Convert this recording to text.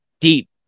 deep